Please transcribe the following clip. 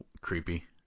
creepy